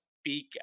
speak